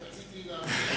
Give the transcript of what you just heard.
אני רציתי להבהיר.